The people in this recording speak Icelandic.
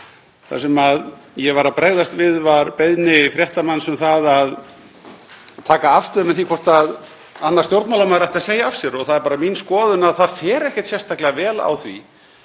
Það sem ég var að bregðast við var beiðni fréttamanns um að taka afstöðu um það hvort annar stjórnmálamaður ætti að segja af sér og það er bara mín skoðun að það fari ekkert sérstaklega vel á því